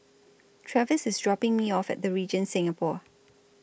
Travis IS dropping Me off At The Regent Singapore